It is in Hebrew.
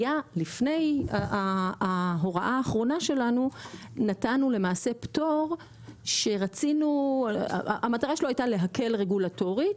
לפני ההוראה האחרונה שלנו נתנו פטור שמטרתו הייתה להקל רגולטורית,